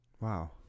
Wow